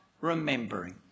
remembering